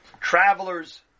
travelers